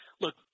look